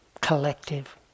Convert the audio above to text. collective